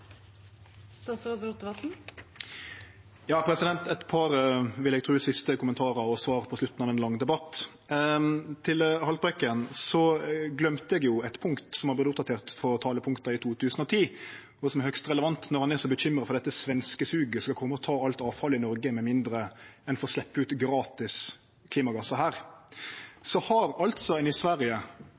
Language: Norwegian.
Eit par siste, vil eg tru, kommentarar og svar på slutten av ein lang debatt: Til Haltbrekken: Eg gløymde eit punkt som har vorte oppdatert frå talepunkta i 2010, og som er høgst relevant, når han er så bekymra for at dette svenskesuget skal kome og ta alt avfall i Noreg med mindre ein får sleppe ut gratis klimagassar her. I Sverige har ein altså avgift på karbon når ein forbrenner avfall. Dei er kvotepliktige og har i